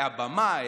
היה במאי,